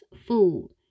food